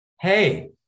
Hey